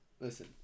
Listen